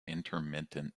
intermittent